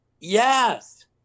Yes